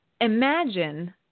Imagine